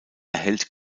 erhält